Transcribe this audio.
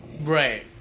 Right